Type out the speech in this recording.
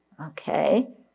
Okay